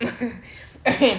okay